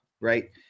right